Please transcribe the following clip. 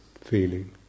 feeling